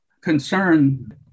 concern